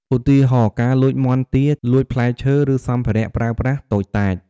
ឧទាហរណ៍ ការលួចមាន់ទា លួចផ្លែឈើ ឬសម្ភារៈប្រើប្រាស់តូចតាច។